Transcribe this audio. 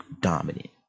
dominant